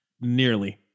nearly